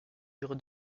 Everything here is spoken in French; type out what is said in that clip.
durée